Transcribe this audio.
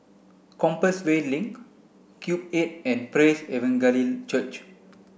Compassvale Link Cube eight and Praise Evangelical Church